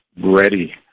ready